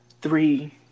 three